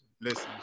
listen